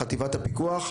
חטיבת הפיקוח.